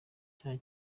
cyaha